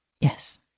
Yes